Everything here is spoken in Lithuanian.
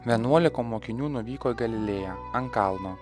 vienuolika mokinių nuvyko į galilėją ant kalno